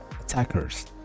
Attackers